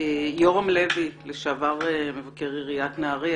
יורם לוי, לשעבר מבקר עיריית נהריה.